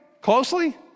closely